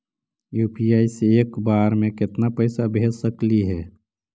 UPI से एक बार मे केतना पैसा भेज सकली हे?